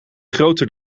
groter